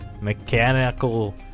mechanical